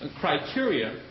criteria